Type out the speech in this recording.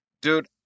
Dude